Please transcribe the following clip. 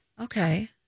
okay